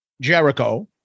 Jericho